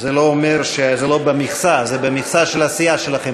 זה לא במכסה, זה במכסה של הסיעה שלכם.